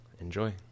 Enjoy